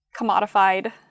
commodified